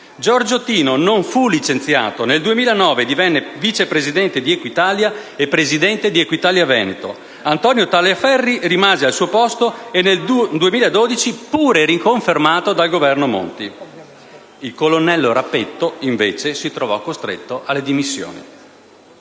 Giorgio Tino non fu licenziato e nel 2009 divenne addirittura vice presidente di Equitalia e presidente di Equitalia Veneto. Antonio Tagliaferri rimase al suo posto e nel 2012 venne pure riconfermato dal Governo Monti. Il colonnello Rapetto, invece, si trovò costretto alle dimissioni.